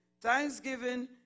Thanksgiving